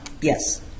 Yes